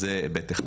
אז זה היבט אחד.